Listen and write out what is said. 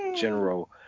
general